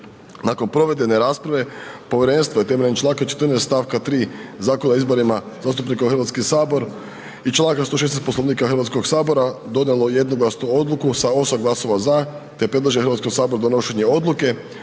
Nakon provedene rasprave povjerenstvo je temeljem Članka 14. stavka 3. Zakona o izborima zastupnika u Hrvatski sabor i Članka 116. Poslovnika Hrvatskog sabora donijelo jednoglasnu odluku sa 8 glasova za te predlaže Hrvatskom saboru donošenje odluke